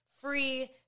free